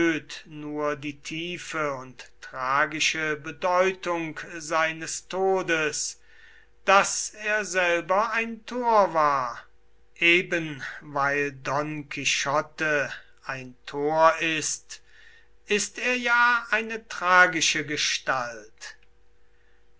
nur die tiefe und tragische bedeutung seines todes daß er selber ein tor war eben weil don quichotte ein tor ist ist er ja eine tragische gestalt